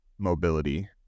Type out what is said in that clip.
mobility